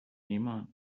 ایمان